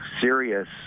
serious